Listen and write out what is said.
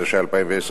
התשע"א 2010,